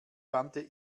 wandte